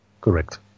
Correct